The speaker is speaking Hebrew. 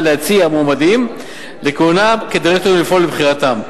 להציע מועמדים לכהונה כדירקטורים ולפעול לבחירתם,